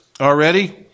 already